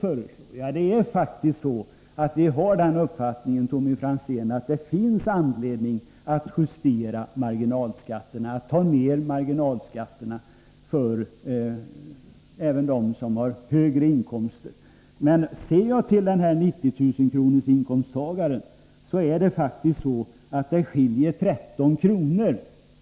Vi har faktiskt den uppfattningen att det finns anledning att justera ner marginalskatterna även för dem som har högre inkomster. Men för den här 90 000-kronorsinkomsttagaren skiljer det 13 kr.